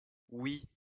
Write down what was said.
oui